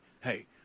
hey